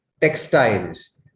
textiles